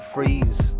Freeze